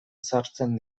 sartzen